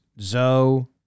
Zoe